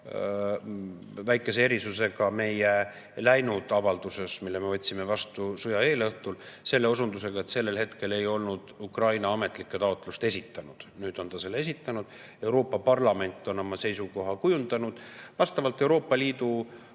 väikese erisusega meie läinud avalduses, mille me võtsime vastu sõja eelõhtul, selle vahega, et sellel hetkel ei olnud Ukraina ametlikku taotlust esitanud. Nüüd on ta selle esitanud. Euroopa Parlament on oma seisukoha kujundanud. Vastavalt Euroopa Liidu